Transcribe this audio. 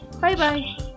Bye-bye